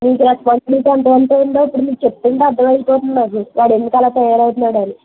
మీకు రెస్పాన్సిబిలిటీ అంటే ఎంత ఉందో ఇప్పుడు మీరు చెప్తుంటే అర్ధమయిపోతున్నాది వాడు ఎందుకు అలా తయారవుతున్నాడో అని